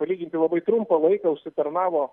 palyginti labai trumpą laiką užsitarnavo